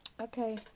Okay